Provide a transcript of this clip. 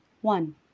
One